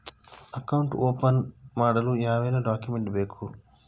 Account open ಮಾಡಲು ಯಾವೆಲ್ಲ document ಬೇಕು?